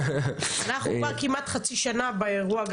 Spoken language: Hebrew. אנחנו כבר כמעט חצי שנה באירוע.